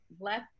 Left